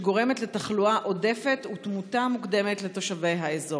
שגורמת לתחלואה עודפת ולתמותה מוקדמת לתושבי האזור?